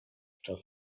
czas